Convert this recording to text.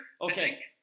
Okay